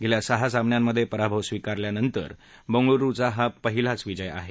गेल्या सहा सामन्यांमध्ये पराभव स्वीकारल्यानंतर बंगळुरूचा हा पहिलाच विजय आहे